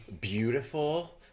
beautiful